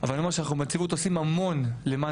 אבל אני אומר שאנחנו בנציבות עושים המון למען